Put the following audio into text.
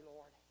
Lord